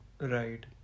right